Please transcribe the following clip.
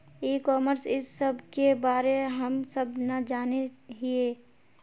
ई commerce इस सब के बारे हम सब ना जाने हीये?